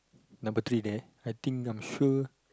number three there I think I'm sure